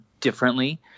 differently